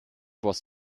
was